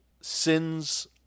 sins